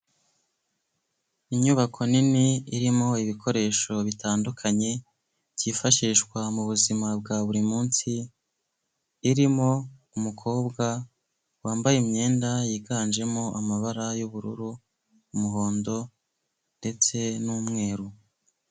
Inyubako nini irimo ibikoresho bitandukanye byifashishwa mu buzima bwa buri munsi, irimo umukobwa wambaye imyenda yiganjemo amabara y'ubururu, umuhondo ndetse n'umweru.